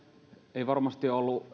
ei varmasti ollut